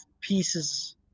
pieces